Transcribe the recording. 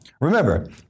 Remember